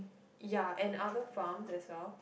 ya and other farms as well